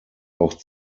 auch